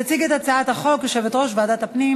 תציג את הצעת החוק יושבת-ראש ועדת הפנים